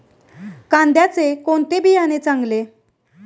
कांद्याचे कोणते बियाणे चांगले?